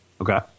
Okay